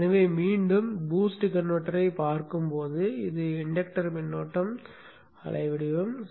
எனவே மீண்டும் BOOST கன்வெர்ட்டரைப் பார்க்கும்போது இது இன்டக்டர் மின்னோட்டம் அலைவடிவம் ஆகும்